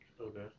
Okay